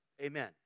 Amen